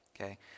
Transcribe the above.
Okay